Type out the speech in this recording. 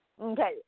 Okay